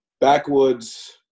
Backwoods